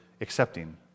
accepting